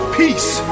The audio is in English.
peace